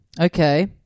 Okay